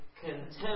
contempt